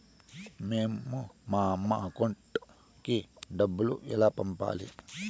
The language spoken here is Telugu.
మేము మా అమ్మ అకౌంట్ కి డబ్బులు ఎలా పంపాలి